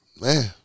Man